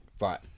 Right